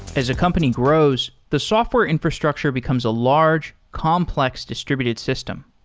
as a company grows, the software infrastructure becomes a large complex distributed system.